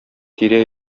тирә